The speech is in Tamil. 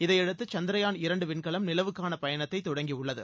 இதனையடுத்து சந்தரயான் இரண்டு விண்கலம் நிலவுக்கான பயணத்தை தொடங்கியுள்ளது